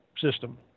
system